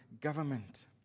government